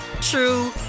true